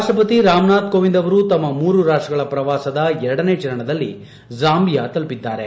ರಾಷ್ಟ್ರಪತಿ ರಾಮನಾಥ್ ಕೋವಿಂದ್ ಅವರು ತಮ್ಮ ಮೂರು ರಾಷ್ಟ್ರಗಳ ಪ್ರವಾಸದ ಎರಡನೇ ಚರಣದಲ್ಲಿ ಜಾಂಬಿಯಾ ತಲುಪಿದ್ದಾರೆ